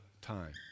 time